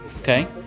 Okay